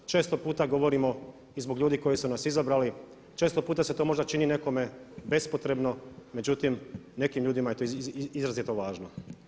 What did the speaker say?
Često puta govorimo i zbog ljudi koji su nas izabrali, često puta se to možda čini nekome bespotrebno, međutim nekim ljudima je to izrazito važno.